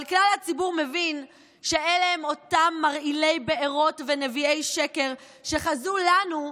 אבל כלל הציבור מבין שאלה הם אותם מרעילי בארות ונביאי שקר שחזו לנו,